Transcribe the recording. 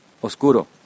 Oscuro